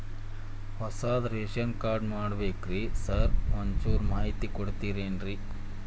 ಹೊಸದ್ ration card ಮಾಡ್ಬೇಕ್ರಿ sir ಒಂಚೂರ್ ಮಾಹಿತಿ ಕೊಡ್ತೇರೆನ್ರಿ?